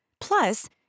Plus